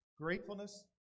gratefulness